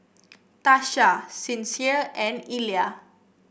Tasha Sincere and Illa